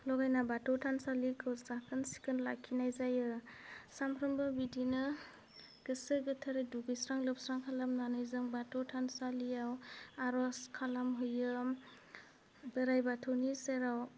लगायना बाथौ थानसालिखौ साखोन सिखोन लाखिनाय जायो सानफ्रोमबो बिदिनो गोसो गोथारै दुगैस्रां लोबस्रां खालामनानै जों बाथौ थानसालियाव आर'ज खालामहैयो बोराइ बाथौनि सेराव